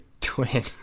twin